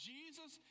Jesus